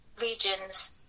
regions